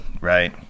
right